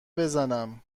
بزنماینا